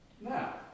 Now